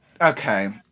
Okay